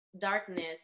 darkness